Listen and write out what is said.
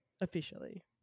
officially